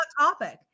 topic